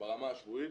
ברמה השבועית.